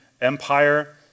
Empire